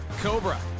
Cobra